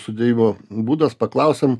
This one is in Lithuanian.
sudėjimo būdas paklausėm